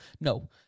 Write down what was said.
No